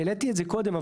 העליתי את זה קודם,